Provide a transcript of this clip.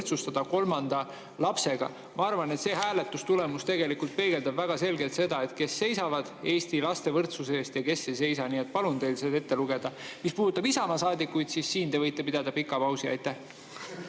toetus] kolmanda lapse [toetusega]. Ma arvan, et see hääletustulemus peegeldab väga selgelt seda, kes seisavad Eesti laste võrdsuse eest ja kes ei seisa. Nii et palun teil see veel ette lugeda. Mis puudutab Isamaa saadikuid, siis siin te võite pidada pika pausi. Aitäh!